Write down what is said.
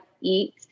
eat